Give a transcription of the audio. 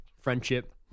friendship